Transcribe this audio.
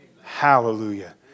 Hallelujah